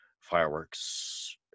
fireworks